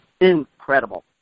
incredible